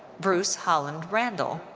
bruce holland randall.